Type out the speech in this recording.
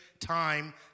time